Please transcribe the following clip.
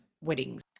weddings